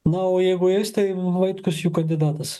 na o jeigu eis tai vaitkus jų kandidatas